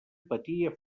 patia